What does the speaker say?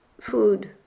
food